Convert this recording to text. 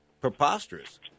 preposterous